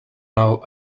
now